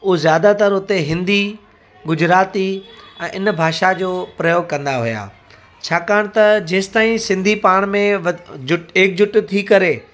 उहा ज़्यादातर हुते हिंदी गुजराती ऐं हिन भाषा जो प्रयोग कंदा हुआ छाकाणि त जेसीं ताईं सिंधी पाण में वद जुट हिकु जुट थी करे